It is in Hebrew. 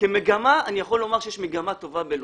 כמגמה אני יכול לומר שיש מגמה טובה בלוד.